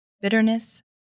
bitterness